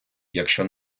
якщо